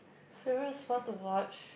favorite sport to watch